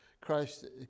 Christ